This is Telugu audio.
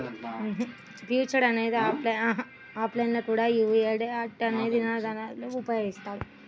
ఫ్యూచర్ అండ్ ఆప్షన్స్ లో కూడా యీ హెడ్జ్ అనే ఇదానాన్ని ఉపయోగిత్తారు